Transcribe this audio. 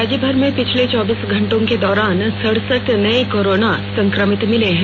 राज्यभर में पिछले चौबीस घंटे के दौरान सडसठ नये कोरोना संक्रमित मिले हैं